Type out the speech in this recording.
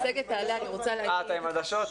אה, אתה עם עדשות?